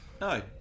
no